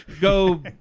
go